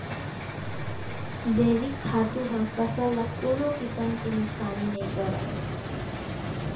जइविक खातू ह फसल ल कोनो किसम के नुकसानी नइ करय